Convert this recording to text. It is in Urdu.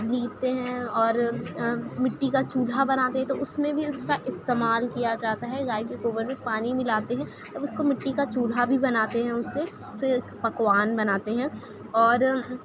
لیپتے ہیں اور مٹی کا چولہا بناتے تو اس میں بھی اس کا استعمال کیا جاتا ہے گائے کے گوبر میں پانی ملاتے ہیں اب اس کو مٹی کا چولہا بھی بناتے ہیں اس سے پھر پکوان بناتے ہیں اور